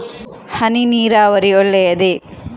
ಹನಿ ನೀರಾವರಿ ಒಳ್ಳೆಯದೇ?